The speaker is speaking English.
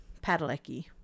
Padalecki